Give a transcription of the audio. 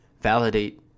validate